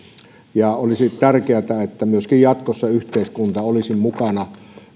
olisi tärkeätä että myöskin jatkossa yhteiskunta olisi mukana